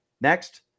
Next